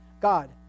God